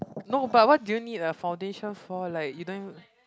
no but what do you need a foundation for like you don't even